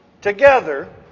together